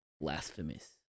blasphemous